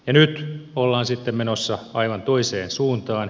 nyt ollaan sitten menossa aivan toiseen suuntaan